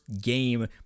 game